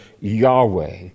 Yahweh